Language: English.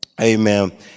Amen